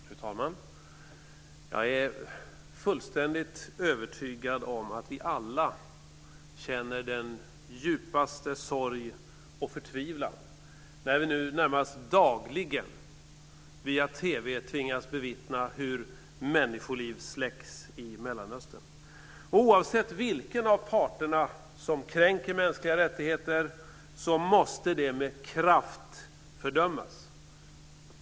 Fru talman! Jag är fullständigt övertygad om att vi alla känner den djupaste sorg och förtvivlan när vi närmast dagligen via TV tvingas bevittna hur människoliv släcks i Mellanöstern. Oavsett vilken av parterna som kränker mänskliga rättigheter måste det med kraft fördömas.